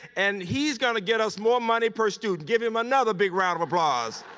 and he's going to get us more money per student. give him another big round of applause